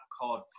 called